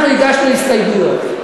אנחנו הגשנו הסתייגויות.